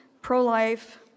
pro-life